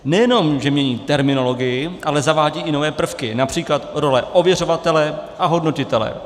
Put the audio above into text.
Nejenom že mění terminologii, ale zavádí i nové prvky, například role ověřovatele a hodnotitele.